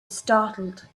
startled